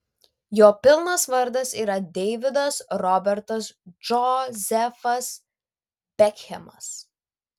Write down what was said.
jo pilnas vardas yra deividas robertas džozefas bekhemas